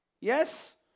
yes